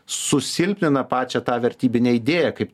susilpnina pačią tą vertybinę idėją kaip